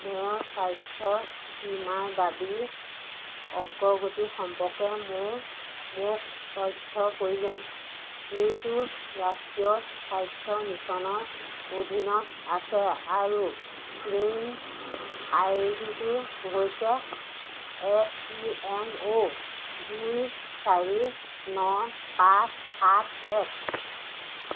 মোৰ স্বাস্থ্য বীমা দাবী অগ্ৰগতি সম্পৰ্কে মোৰ মোক তথ্যৰ প্ৰয়োজন এইটো ৰাষ্ট্ৰীয় স্বাস্থ্য মিছনৰ অধীনত আছে আৰু ক্লেইম আই ডিটো হৈছে এছ ডি এম অ' দুই চাৰি ন পাঁচ সাত এক